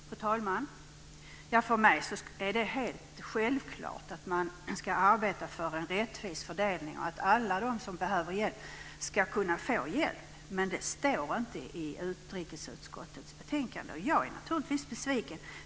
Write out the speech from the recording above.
Fru talman! För mig är det helt självklart att man ska arbeta för en rättvis fördelning och att alla de som behöver hjälp ska kunna få hjälp. Men det står inte i utrikesutskottets betänkande. Jag är naturligtvis besviken.